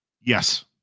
Yes